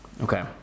Okay